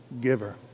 giver